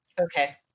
Okay